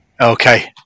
Okay